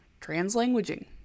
Translanguaging